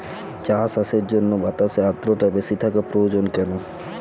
চা চাষের জন্য বাতাসে আর্দ্রতা বেশি থাকা প্রয়োজন কেন?